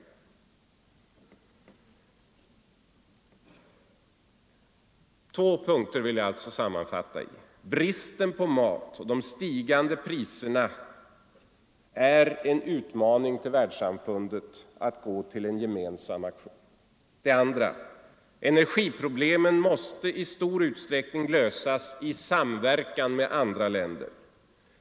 Jag vill sammanfatta i två punkter: För det första är bristen på mat och de stigande priserna en utmaning till världssamfundet att gå till en gemensam aktion. För det andra måste energiproblemen i stor utsträckning lösas i samverkan med andra länder.